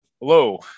hello